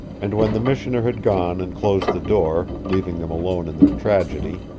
and when the missioner had gone and closed the door, leaving them alone in their tragedy,